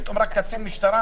פתאום רק קצין משטרה?